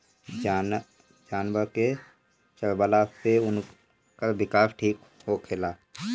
जानवर के चरवला से उनकर विकास ठीक होखेला